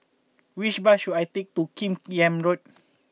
which bus should I take to Kim Yam Road